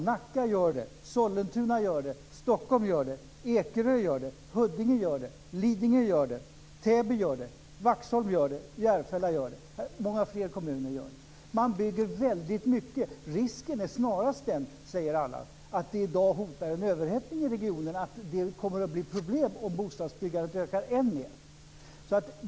Nacka gör det. Sollentuna gör det. Stockholm gör det. Ekerö gör det. Huddinge gör det. Lidingö gör det. Täby gör det. Vaxholm gör det. Järfälla gör det. Många fler kommuner gör det. Man bygger väldigt mycket. Risken är snarast den, säger alla, att det i dag hotar en överhettning i regionen och att det kommer att bli problem om bostadsbyggandet ökar än mer.